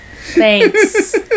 Thanks